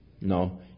No